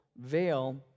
veil